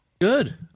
Good